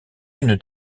une